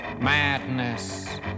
Madness